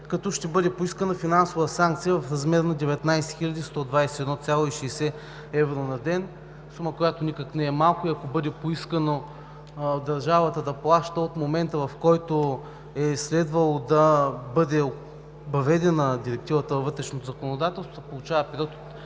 като ще бъде поискана финансова санкция в размер на 19 121,60 евро на ден – сума, която никак не е малка. Ако бъде поискано държавата да плаща от момента, в който е следвало да бъде въведена Директивата във вътрешното законодателство, се получава период от